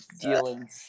dealing